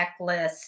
checklist